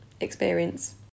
experience